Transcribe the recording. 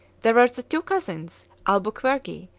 there were the two cousins albuquerque,